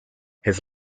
his